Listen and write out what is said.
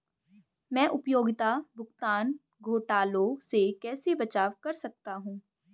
मैं उपयोगिता भुगतान घोटालों से कैसे बचाव कर सकता हूँ?